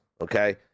okay